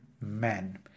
man